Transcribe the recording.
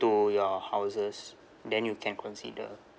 to your houses then you can consider